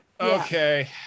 Okay